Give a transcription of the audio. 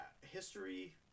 History